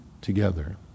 together